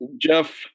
Jeff